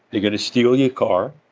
they're going to steal your car,